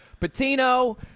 Patino